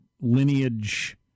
lineage